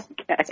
Okay